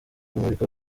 kumurika